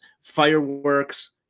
fireworks